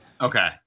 okay